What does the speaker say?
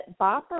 Bopper